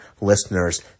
listeners